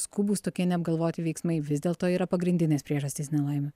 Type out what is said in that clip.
skubūs tokie neapgalvoti veiksmai vis dėlto yra pagrindinės priežastys nelaimių